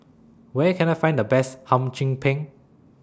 Where Can I Find The Best Hum Chim Peng